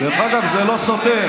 דרך אגב, זה לא סותר.